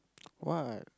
what